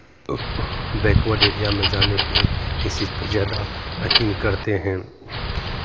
backward area में जाने पे इस चीज़ पे ज़्यादा यकीन करते हैं